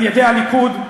על-ידי הליכוד,